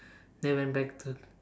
then went back to